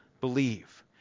believe